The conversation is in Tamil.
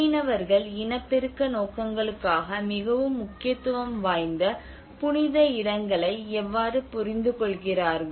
மீனவர்கள் இனப்பெருக்க நோக்கங்களுக்காக மிகவும் முக்கியத்துவம் வாய்ந்த புனித இடங்களை எவ்வாறு புரிந்துகொள்கிறார்கள்